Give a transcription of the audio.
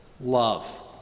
love